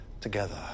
together